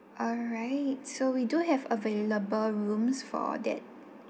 alright so we do have available rooms for that